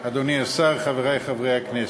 אדוני השר, חברי חברי הכנסת,